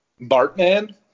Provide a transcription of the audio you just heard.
Bartman